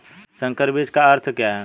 संकर बीज का अर्थ क्या है?